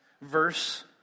Verse